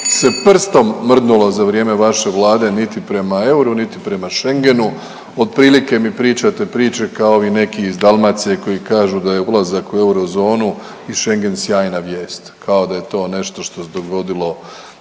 se prstom mrdnulo za vrijeme vaše vlade niti prema euru, niti prema Schengenu. Otprilike mi pričate priče kao i neki iz Dalmacije koji kažu da je ulazak u eurozonu i Schengen sjajna vijest, kao da je to nešto što se dogodilo